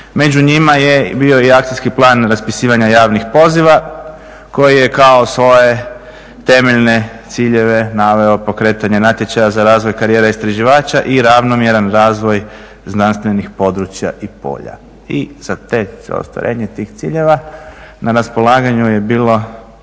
Među njima je bio i akcijski plan raspisivanja javnih poziva koji je kao svoje temeljne ciljeve naveo pokretanje natječaja za razvoj karijere istraživača i ravnomjeran razvoj znanstvenih područja i polja i za ostvarenje tih ciljeva na raspolaganju je bilo